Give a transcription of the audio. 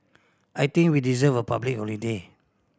I think we deserve a public holiday